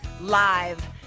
Live